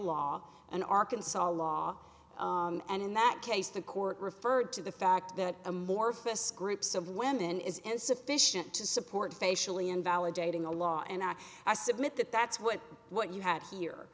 law in arkansas law and in that case the court referred to the fact that amorphous groups of women is insufficient to support facially invalidating the law and i submit that that's what what you had here